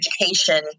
education